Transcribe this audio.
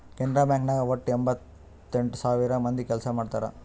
Canara bank ನಾಗ್ ವಟ್ಟ ಎಂಭತ್ತೆಂಟ್ ಸಾವಿರ ಮಂದಿ ಕೆಲ್ಸಾ ಮಾಡ್ತಾರ್